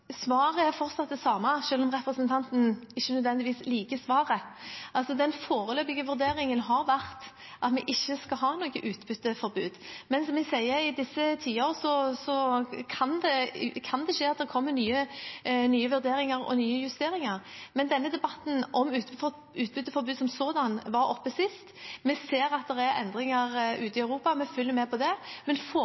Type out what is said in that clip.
Svaret er fortsatt det samme, selv om representanten ikke nødvendigvis liker svaret. Den foreløpige vurderingen har vært at vi ikke skal ha noe utbytteforbud. Som vi sier i disse tider, kan det komme nye vurderinger og justeringer, men denne debatten om utbytteforbud som sådant var oppe sist. Vi ser at det er endringer ute i Europa, og følger med på det, men